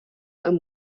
amb